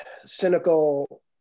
cynical